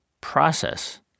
process